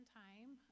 time